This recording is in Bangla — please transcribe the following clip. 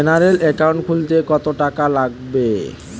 জেনারেল একাউন্ট খুলতে কত টাকা লাগবে?